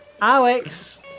Alex